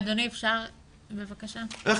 איך